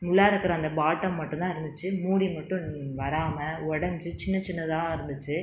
உள்ளாராக்கிற அந்த பாட்டம் மட்டுந்தான் இருந்துச்சு மூடி மட்டும் வராமல் உடஞ்சி சின்ன சின்னதாக இருந்துச்சு